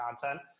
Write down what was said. content